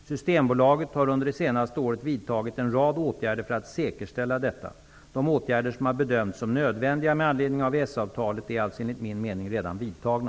Systembolaget har under det senaste året vidtagit en rad åtgärder för att säkerställa detta. De åtgärder som har bedömts som nödvändiga med anledning av EES-avtalet är alltså enligt min mening redan vidtagna.